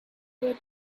were